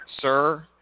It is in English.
sir